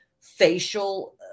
facial